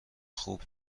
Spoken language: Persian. خوب